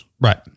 Right